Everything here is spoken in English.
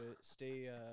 stay